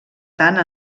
tant